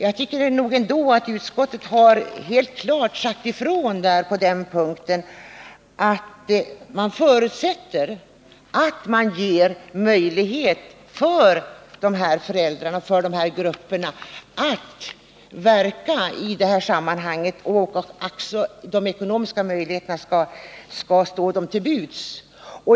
Men på den punkten har utskottet helt klart sagt att man förutsätter att dessa föräldrar och grupper ges möjligheter att verka i detta sammanhang och att ekonomiska garantier för detta skall stå dem till buds.